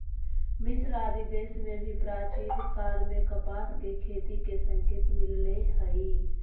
मिस्र आदि देश में भी प्राचीन काल में कपास के खेती के संकेत मिलले हई